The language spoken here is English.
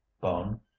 bone